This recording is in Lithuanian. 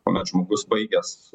kuomet žmogus baigęs